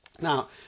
Now